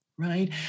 Right